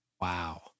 Wow